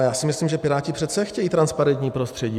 Já si myslím, že Piráti přece chtějí transparentní prostředí.